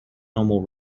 normally